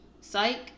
Psych